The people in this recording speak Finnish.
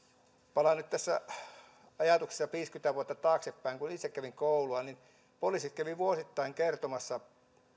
palaan nyt ajatuksissa viisikymmentä vuotta taaksepäin kun itse kävin koulua niin poliisi kävi vuosittain kertomassa